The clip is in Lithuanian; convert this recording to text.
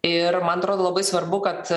ir man atrodo labai svarbu kad